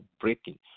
breaking